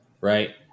right